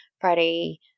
Friday